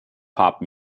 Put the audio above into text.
pop